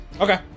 Okay